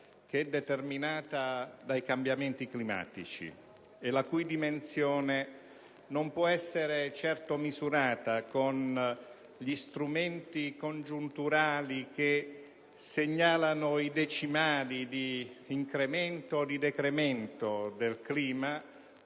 stessa, determinata dai cambiamenti climatici, la cui dimensione non può essere certo misurata con gli strumenti congiunturali che segnalano i decimali di incremento o di decremento delle